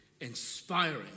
inspiring